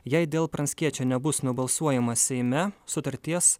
jei dėl pranckiečio nebus nubalsuojama seime sutarties